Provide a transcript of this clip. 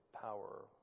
power